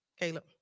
Caleb